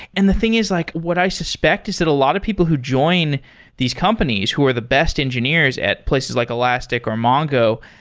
and the thing is like what i suspect is that a lot of people who join these companies who are the best engineers at places like elastic or mongo,